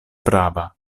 prava